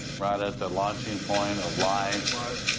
right at the launching point of life. life.